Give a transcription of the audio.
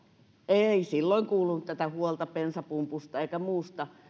ei silloin kuulunut tätä huolta bensapumpusta eikä muusta